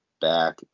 back